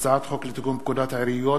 הצעת חוק לתיקון פקודת העיריות